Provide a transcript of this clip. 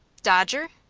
dodger?